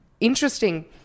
interesting